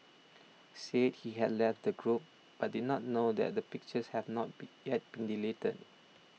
said he had left the group but did not know that the pictures have not be yet been deleted